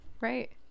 right